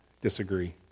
disagree